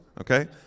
Okay